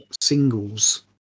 singles